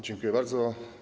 Dziękuję bardzo.